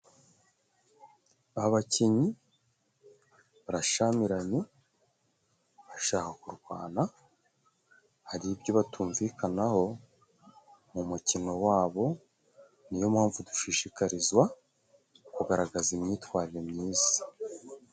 Abakinyi barashyamiranye bashaka kurwana, hari ibyo batumvikanaho mu mukino wabo, ni yo mpamvu dushishikarizwa kugaragaza imyitwarire myiza.